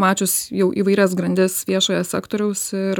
mačius jau įvairias grandis viešojo sektoriaus ir